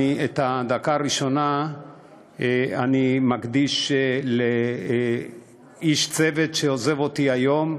את הדקה הראשונה אני מקדיש לאיש צוות שעוזב אותי היום,